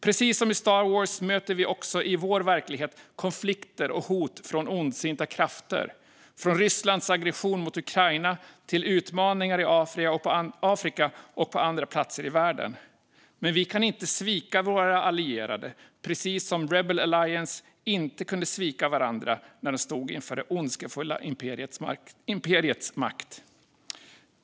Precis som i Star Wars, möter vi också i vår verklighet konflikter och hot från ondsinta krafter - från Rysslands aggression mot Ukraina till utmaningar i Afrika och på andra platser i världen. Men vi kan inte svika våra allierade, precis som Rebel Alliance inte kunde svika varandra när de stod inför det ondskefulla Imperiets makt.